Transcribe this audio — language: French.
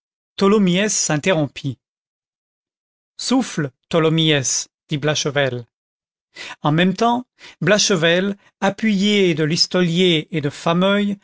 tholomyès s'interrompit souffle tholomyès dit blachevelle en même temps blachevelle appuyé de listolier et de fameuil